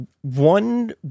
One